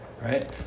Right